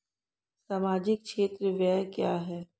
सामाजिक क्षेत्र व्यय क्या है?